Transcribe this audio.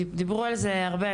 דיברו על זה הרבה,